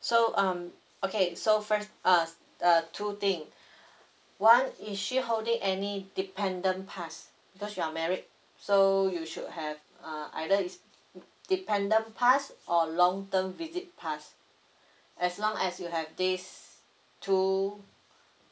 so um okay so first uh uh two thing one is she holding any dependent pass because you're married so you should have uh either is dependent pass or long term visit pass as long as you have these two